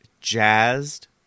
jazzed